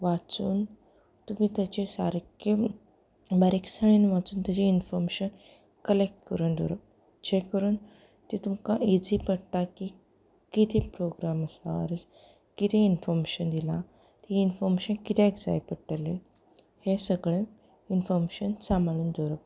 वाचून तुमी ताचें सारकें बारीकसाणेन वाचून ताचें इनफोर्मेशन कलेक्ट करून दवरप जे करून ती तुमकां इजी पडटा की कितें प्रोग्राम आसा ऑर एल्स कितें इनफोर्मेशन दिलां ती इनफोमेशन कित्याक जाय पडटलीं हें सगळें इनफोर्मेशन सांबाळून दवरप